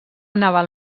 naval